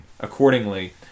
accordingly